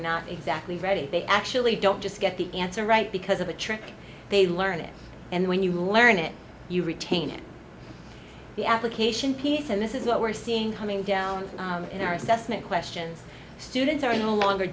not exactly ready they actually don't just get the answer right because of a trick they learned and when you learn it you retain it the application piece and this is what we're seeing coming down in our assessment questions students are no longer